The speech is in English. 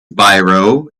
biro